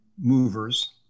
movers